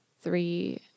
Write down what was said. three